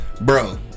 Bro